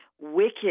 wicked